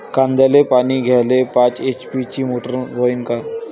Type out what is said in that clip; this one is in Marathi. कांद्याले पानी द्याले पाच एच.पी ची मोटार मोटी व्हईन का?